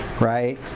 Right